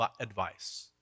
advice